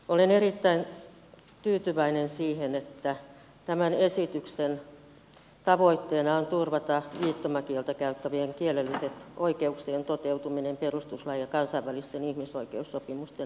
olen erittäin tyytyväinen siihen että tämän esityksen tavoitteena on turvata viittomakieltä käyttävien kielellisten oikeuksien toteutuminen perustuslain ja kansainvälisten ihmisoikeussopimusten edellyttämällä tavalla